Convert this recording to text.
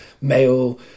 male